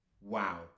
Wow